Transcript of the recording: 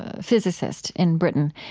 ah physicist in britain.